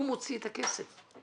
הוא מוציא את הכסף.